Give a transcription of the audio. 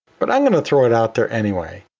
but i'm going to throw it out there anyway.